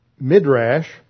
Midrash